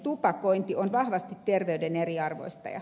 tupakointi on vahvasti terveyden eriarvoistaja